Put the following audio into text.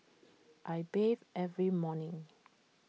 I bathe every morning